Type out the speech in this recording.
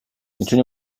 میتونی